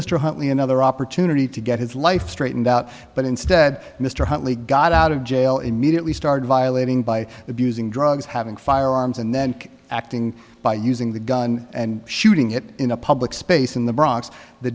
mr huntley another opportunity to get his life straightened out but instead mr huntley got out of jail immediately started violating by abusing drugs having firearms and then acting by using the gun and shooting it in a public space in the bronx the